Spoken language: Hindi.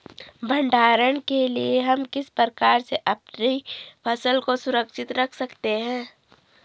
भंडारण के लिए हम किस प्रकार से अपनी फसलों को सुरक्षित रख सकते हैं?